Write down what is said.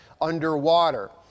underwater